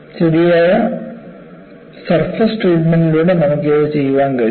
ശരിയായ സർഫസ് ട്രീറ്റ്മെൻറ്ലൂടെ നമുക്ക് ഇത് ചെയ്യാൻ കഴിയും